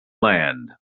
land